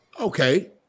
Okay